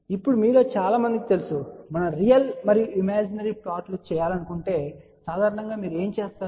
ఇప్పుడు మీలో చాలా మందికి తెలుసు మనం రియల్ మరియు ఇమాజినరీ ప్లాట్లు చేయాలనుకుంటే సాధారణంగా మీరు ఏమి చేస్తారు